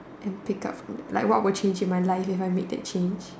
and pick up like what would change in my life if I made that change